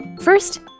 First